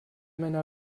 meiner